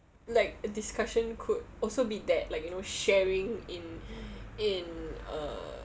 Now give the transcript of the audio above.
like a discussion could also be that like you know sharing in in uh